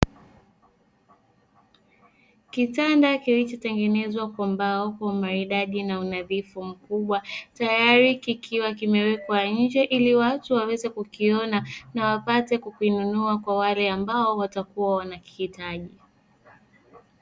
Kitanda kilichotengenezwa kwa mbao kwa umaridadi na unadhifu mkubwa, tayari kikiwa kimewekwa nje ili watu waweze kukiona na wapate kukinunua kwa wale ambao watakuwa wanakihitaji.